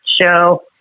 show